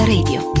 Radio